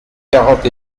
quarante